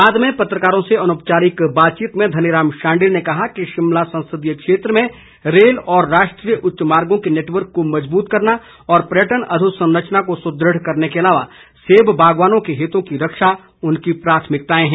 बाद में पत्रकारों से अनौपचारिक बातचीत में धनीराम शांडिल ने कहा कि शिमला संसदीय क्षेत्र में रेल और राष्ट्रीय उच्च मार्गों के नेटवर्क को मजबूत करना और पर्यटन अधोसंरचना को सुदढ़ करने के अलावा सेब बागवानों के हितों की रक्षा उनकी प्राथमिकताएं हैं